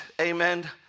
amen